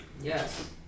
Yes